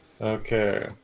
Okay